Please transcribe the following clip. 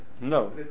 no